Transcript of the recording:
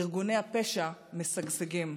ארגוני השפע משגשגים.